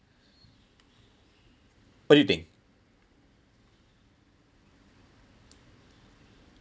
what do you think